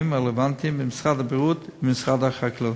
הרלוונטיים במשרד הבריאות ובמשרד החקלאות.